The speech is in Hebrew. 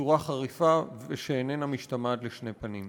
בצורה חריפה שאיננה משתמעת לשני פנים.